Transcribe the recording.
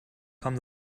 come